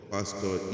Pastor